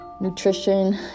nutrition